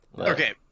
Okay